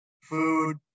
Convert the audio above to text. food